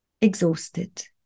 exhausted